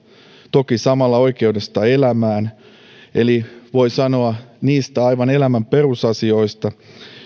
toki samalla oikeudesta elämään eli voi sanoa aivan niistä elämän perusasioita